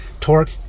torque